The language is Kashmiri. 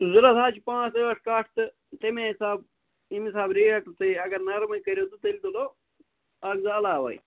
ضوٚرَتھ حظ چھِ پانٛژھ ٲٹھ کَٹھ تہٕ تَمے حِساب ییٚمہِ حِساب ریٹ تُہۍ اگر نرمٕے کٔرِو تہٕ تیٚلہِ تُلُو اَکھ زٕ علاوَے